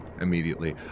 immediately